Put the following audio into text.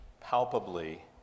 palpably